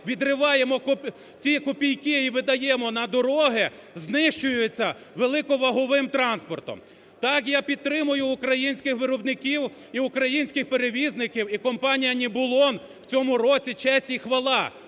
відриваємо ці копійки і видаємо на дороги, знищуються великоваговим транспортом. Так, я підтримую українських виробників і українських перевізників. І компанія "Нібулон" в цьому році, честь і хвала,